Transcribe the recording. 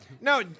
No